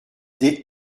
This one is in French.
des